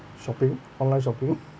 shopping online shopping